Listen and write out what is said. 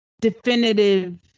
definitive